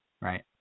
right